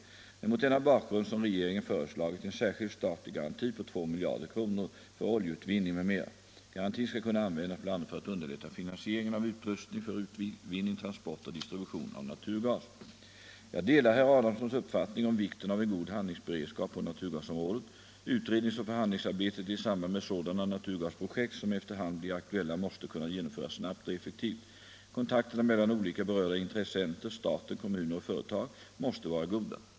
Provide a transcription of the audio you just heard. Det är mot denna bakgrund som regeringen föreslagit en särskild statlig garanti på 2 miljarder kronor för oljeutvinning m.m. Garantin skall kunna användas bl.a. för att underlätta finansieringen av utrustning för utvinning, transport och distribution av naturgas. Jag delar herr Adamssons uppfattning om vikten av en god handlingsberedskap på naturgasområdet. Utredningsoch förhandlingsarbetet i samband med sådana naturgasprojekt som efter hand blir aktuella måste kunna genomföras snabbt och effektivt. Kontakterna mellan olika berörda intressenter — staten, kommuner och företag — måste vara goda.